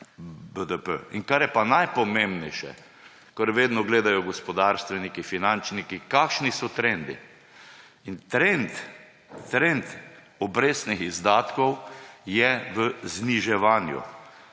BDP. In kar je pa najpomembnejše, kar vedno gledajo gospodarstveniki, finančniki, kakšni so trendi. Trend obrestnih izdatkov je v zniževanju.